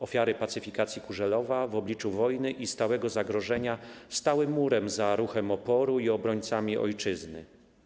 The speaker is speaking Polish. Ofiary pacyfikacji Kurzelowa w obliczu wojny i stałego zagrożenia stały murem za ruchem oporu i obrońcami ojczyzny.